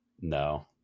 No